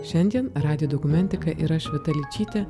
šiandien radijo dokumentika ir aš vita ličytė